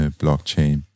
blockchain